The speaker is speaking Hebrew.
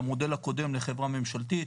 מהמודל הקודם לחברה ממשלתית,